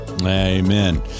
Amen